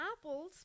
Apples